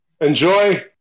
Enjoy